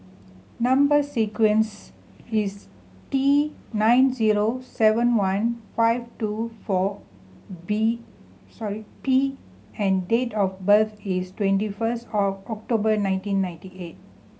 number sequence is T nine zero seven one five two four B sorry P and date of birth is twenty first of October nineteen ninety eight